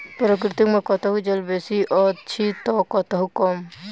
प्रकृति मे कतहु जल बेसी अछि त कतहु कम